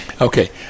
Okay